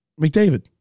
McDavid